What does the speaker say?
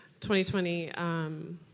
2020